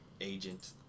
agent